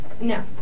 No